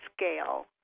scale